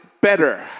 better